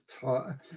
taught